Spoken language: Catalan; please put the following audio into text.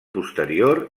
posterior